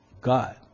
God